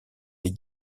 des